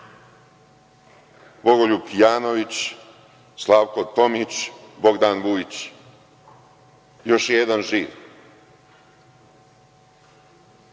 Bogoljub Kijanović, Slavko Tomić, Bogdan Vujić, još jedan živ.